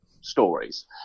stories